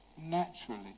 naturally